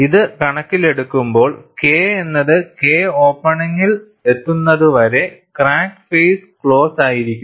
ഇത് കണക്കിലെടുക്കുമ്പോൾ K എന്നത് K ഓപ്പണിംഗിൽ എത്തുന്നതുവരെ ക്രാക്ക് ഫേയിസ്സ് ക്ലോസ് ആയിരിക്കുന്നു